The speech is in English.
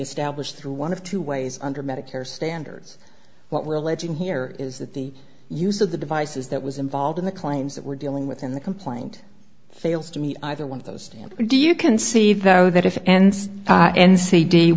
established through one of two ways under medicare standards what religion here is that the use of the devices that was involved in the claims that we're dealing with in the complaint fails to me either one of those do you conceive though that if and